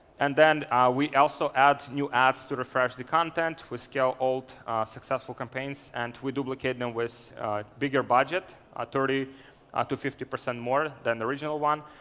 and then we also add new ads to refresh the content. we scale old successful campaigns and we duplicate them with bigger budget, ah thirty ah to fifty percent more than the original one.